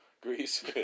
Greece